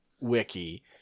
wiki